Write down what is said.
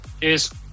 Cheers